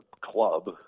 club